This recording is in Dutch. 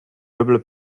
dubbele